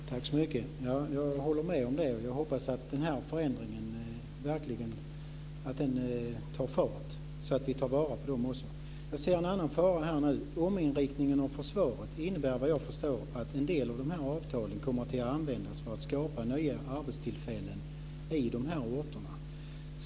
Fru talman! Jag håller med om det och hoppas att förändringen verkligen tar fart så att vi tar vara på de här möjligheterna. En annan fara som jag ser här gäller ominriktningen av försvaret. Det innebär, såvitt jag förstår, att en del av avtalen kommer att användas för att skapa nya arbetstillfällen på de olika orterna.